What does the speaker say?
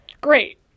Great